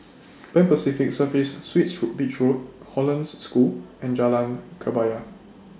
Pan Pacific Serviced Suites Who Beach Road Hollandse School and Jalan Kebaya